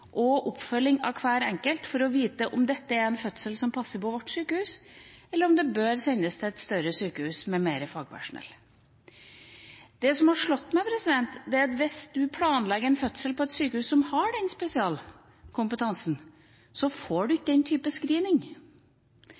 og oppfølging av hver enkelt for å vite om det er en fødsel som passer på deres sykehus, eller om en bør sendes til et større sykehus med mer fagpersonell. Det som har slått meg, er at hvis man planlegger en fødsel på et sykehus som har den spesialkompetansen, får en ikke den type screening.